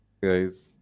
Guys